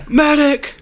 medic